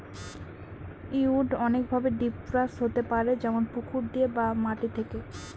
weed অনেকভাবে disperse হতে পারে যেমন পুকুর দিয়ে বা মাটি থেকে